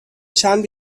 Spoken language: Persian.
چند